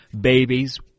babies